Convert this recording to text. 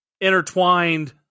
intertwined